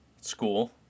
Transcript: school